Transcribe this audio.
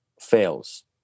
fails